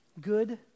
good